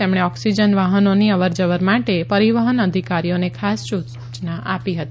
તેમણે ઓકસીજન વાહનોની અવર જવર માટે પરીવહન અધિકારીઓને ખાસ સુચના આપી હતી